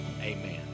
Amen